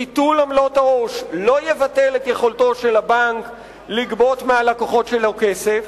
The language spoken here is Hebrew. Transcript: ביטול עמלות העו"ש לא יבטל את יכולתו של הבנק לגבות מהלקוחות שלו כסף,